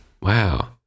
Wow